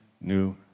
New